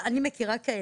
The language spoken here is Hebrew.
אני מכירה כאלה.